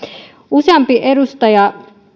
useampi edustaja